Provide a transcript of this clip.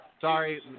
Sorry